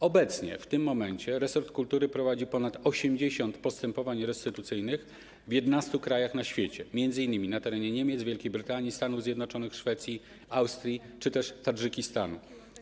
Obecnie, w tym momencie, resort kultury prowadzi ponad 80 postępowań restytucyjnych w 11 krajach na świecie, m.in. na terenie Niemiec, Wielkiej Brytanii, Stanów Zjednoczonych, Szwecji, Austrii czy też Tadżykistanu.